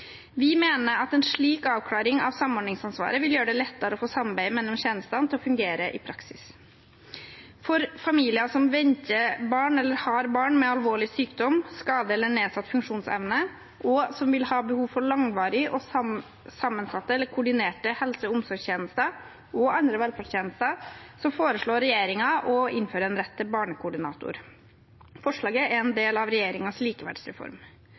Vi mener at en slik avklaring av samordningsansvaret vil gjøre det lettere å få samarbeidet mellom tjenestene til å fungere i praksis. For familier som venter barn eller har barn med alvorlig sykdom, skade eller nedsatt funksjonsevne, og som vil ha behov for langvarige og sammensatte eller koordinerte helse- og omsorgstjenester og andre velferdstjenester, foreslår regjeringen å innføre en rett til barnekoordinator. Forslaget er en del av regjeringens likeverdsreform.